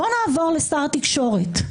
בואו נעבור לשר התקשורת.